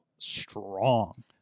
strong